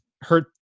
hurt